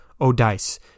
Odice